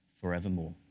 forevermore